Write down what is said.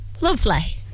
lovely